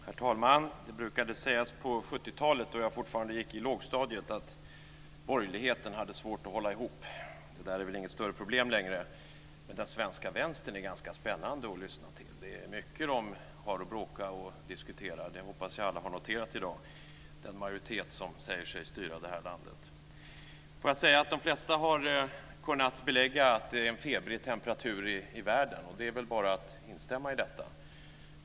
Herr talman! Det brukade sägas på 1970-talet, då jag fortfarande gick i lågstadiet, att borgerligheten hade svårt att hålla ihop. Det där är väl inget större problem längre, men den svenska vänstern är ganska spännande att lyssna till! Det är mycket man har att bråka om och diskutera där - det hoppas jag att alla har noterat i dag. Det gäller ju den majoritet som säger sig styra det här landet. De flesta har kunnat belägga att det är en febrig temperatur i världen. Det är bara att instämma i detta.